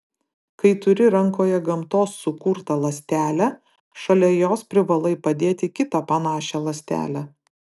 kai turi rankoje gamtos sukurtą ląstelę šalia jos privalai padėti kitą panašią ląstelę